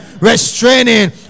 restraining